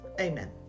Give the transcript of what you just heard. Amen